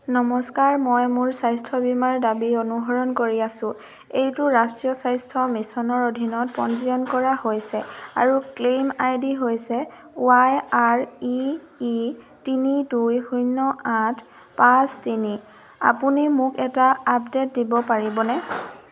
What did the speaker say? নমস্কাৰ মই মোৰ স্বাস্থ্য বীমাৰ দাবী অনুসৰণ কৰি আছোঁ এইটো ৰাষ্ট্ৰীয় স্বাস্থ্য মিছনৰ অধীনত পঞ্জীয়ন কৰা হৈছে আৰু ক্লেইম আইডি হৈছে ৱাই আৰ ই ই তিনি দুই শূন্য আঠ পাঁচ তিনি আপুনি মোক এটা আপডে'ট দিব পাৰিবনে